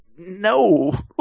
No